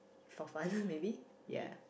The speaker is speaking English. for fun maybe ya